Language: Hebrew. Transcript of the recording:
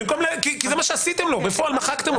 כי זה מה שעשיתם לו, בפועל מחקתם אותו.